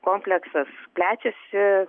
kompleksas plečiasi